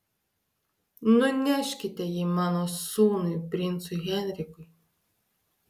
nuneškite jį mano sūnui princui henrikui